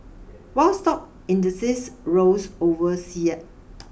while stock indexes rose over